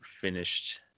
finished